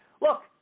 Look